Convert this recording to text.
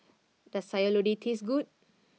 does Sayur Lodeh taste good